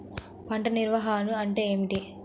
పంట నిర్వాహణ అంటే ఏమిటి?